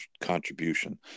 contribution